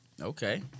Okay